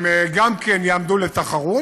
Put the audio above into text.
הם גם כן יעמדו לתחרות.